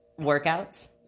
workouts